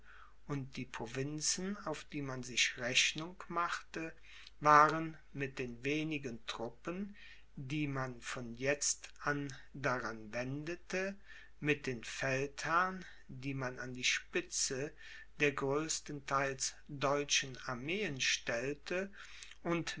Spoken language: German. und die provinzen auf die man sich rechnung machte waren mit den wenigen truppen die man von jetzt an daran wendete mit den feldherren die man an die spitze der größtenteils deutschen armeen stellte und